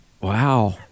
Wow